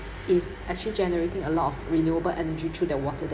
is actually generating a lot of renewable energy through the water dam